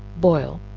boil,